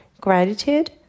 Gratitude